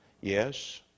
Yes